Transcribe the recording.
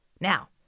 Now